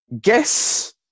guess